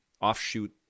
offshoot